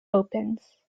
opens